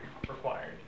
required